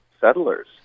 settlers